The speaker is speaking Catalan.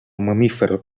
mamífer